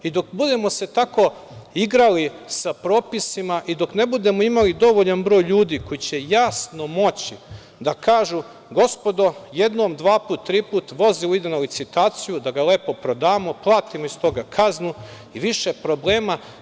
Dok se tako budemo igrali sa propisima i dok ne budemo imali dovoljan broj ljudi koji će jasno moći da kažu gospodo jednom, dva puta, tri put, vozilo ide na licitaciju da ga lepo prodamo, platimo iz toga kaznu i više problema.